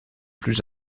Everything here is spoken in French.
plus